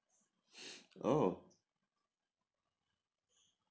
oh